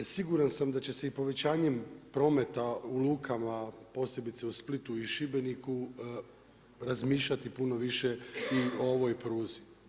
Siguran sam da će se i povećanjem prometa u lukama, posebice u Splitu i Šibeniku razmišljati puno više i o ovoj pruzi.